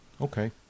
Okay